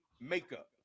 makeup